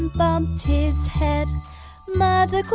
bumped his head mother